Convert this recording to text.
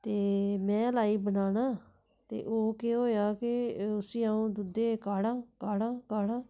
ते में लाई बनाना ते ओह् केह् होएआ कि उसी अ'ऊं दुद्धे काढ़ां काढ़ां